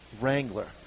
Wrangler